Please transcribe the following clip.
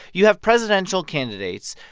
you have presidential candidates,